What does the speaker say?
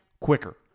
quicker